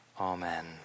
amen